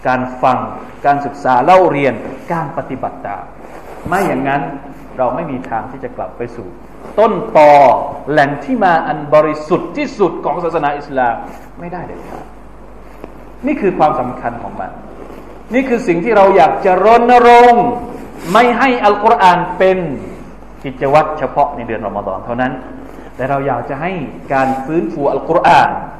การฟังการศึกษาเล่าเรียนการปฏิบัติตาม ไม่อย่างนั้นเราไม่มีทางที่จะกลับไปสู่ต้นตอแหล่งที่มาอันบริสุทธิ์ที่สุดของศาสนาอิสลามไม่ได้เด็ดขาด นี่คือความสำคัญของมัน นี่คือสิ่งที่เราอยากจะรณรงค์ไม่ให้อัลกุรอานเป็นกิจวัตรเฉพาะในเดือนรอมฎอนเท่านั้น แต่เราอยากจะให้การฟื้นฟูอัลกุรอาน